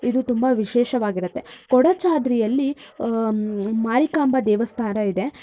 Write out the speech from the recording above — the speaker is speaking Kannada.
ಇದು ತುಂಬ ವಿಶೇಷವಾಗಿರುತ್ತೆ ಕೊಡಚಾದ್ರಿಯಲ್ಲಿ ಮಾರಿಕಾಂಬಾ ದೇವಸ್ಥಾನ ಇದೆ